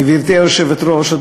גברתי היושבת-ראש,